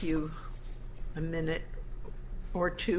you a minute or two